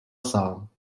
sám